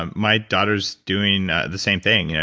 um my daughter's doing the same thing. yeah